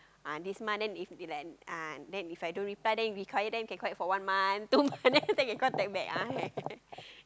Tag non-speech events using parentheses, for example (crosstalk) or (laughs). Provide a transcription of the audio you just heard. uh this month then if he like uh then If I don't reply then we quiet then we can quiet for one month two month (laughs) then after that can contact back (laughs)